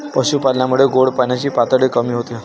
पशुपालनामुळे गोड पाण्याची पातळी कमी होते